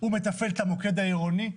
מתפעלת את המוקד העירוני,